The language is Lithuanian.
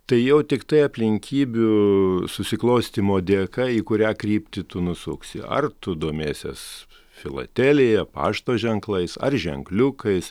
tai jau tiktai aplinkybių susiklostymo dėka į kurią kryptį tu nusuksi ar tu domėsies filatelija pašto ženklais ar ženkliukais